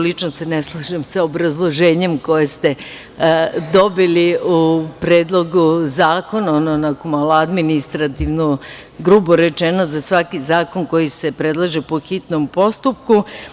Lično se ne slažem sa obrazloženjem koje ste dobili u Predlogu zakona, onako malo administrativno grubo rečeno za svaki zakon koji se predlaže po hitnom postupku.